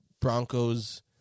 Broncos